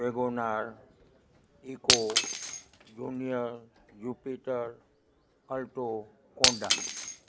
Wagon R Eco junior Jupiter Alto Konda